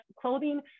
clothing